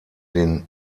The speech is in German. den